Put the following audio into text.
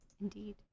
Indeed